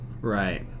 right